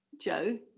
Joe